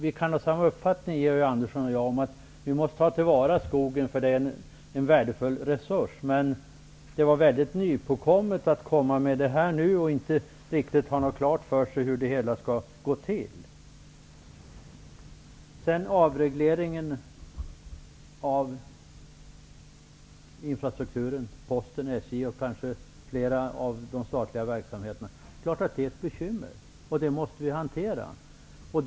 Vi kan ha samma uppfattning om att skogen måste tas till vara som en värdefull resurs, men det är nypåkommet att ta upp den frågan nu utan att ha klart för sig hur det hela skall gå till. Det är klart att avregleringen av infrastrukturen, Posten, SJ och flera av de statliga verksamheterna, är ett bekymmer och att vi måste hantera det.